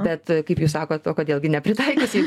bet kaip jūs sakot o kodėl gi nepritaikius jei